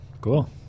Cool